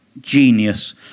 genius